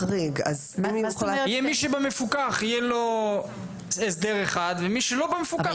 מי שבמפוקח יהיה לו הסדר אחד ומי שלא במפוקח,